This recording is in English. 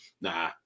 nah